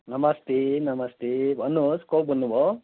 नमस्ते नमस्ते भन्नुहोस् को बोल्नुभयो